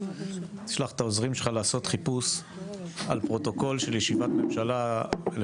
שלח את העוזרים שלך לעשות חיפוש על פרוטוקול של ישיבת ממשלה 1949,